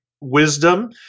wisdom